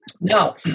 Now